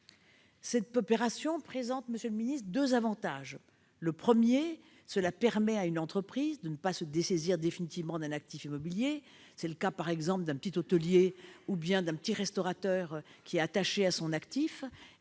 Cette opération présente deux avantages. Premièrement, elle permet à une entreprise de ne pas se dessaisir définitivement d'un actif immobilier. C'est le cas, par exemple, du petit hôtelier ou bien du petit restaurateur, qui est attaché à son actif,